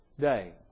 day